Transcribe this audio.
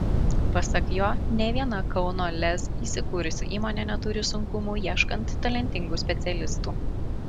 pasak jo nė viena kauno lez įsikūrusi įmonė neturi sunkumų ieškant talentingų specialistų